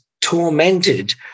tormented